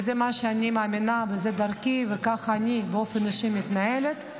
וזה מה שאני מאמינה וזו דרכי וככה אני באופן אישי מתנהלת.